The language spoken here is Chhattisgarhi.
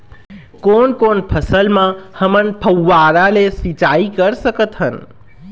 कोन कोन फसल म हमन फव्वारा ले सिचाई कर सकत हन?